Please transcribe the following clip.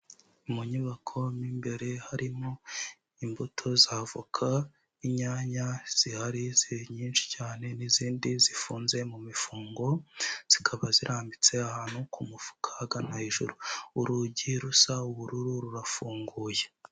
Mu nyubako mo imbere harimo imbuto z'avoka, inyanya zihari nyinshi cyane n'izindi zifunze mu mifungo, zikaba zirambitse ahantu ku mufuka ahagana hejuru. Urugi rusa ubururu rurafunguye.